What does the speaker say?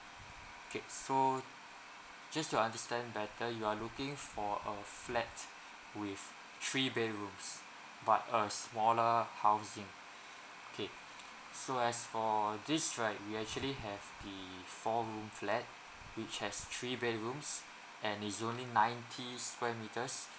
okay so just to understand better you are looking for a flat with three bedrooms but a smaller housing okay so as for this right we actually have the four room flat which has three bedrooms and it's only ninety square metres